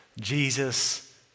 Jesus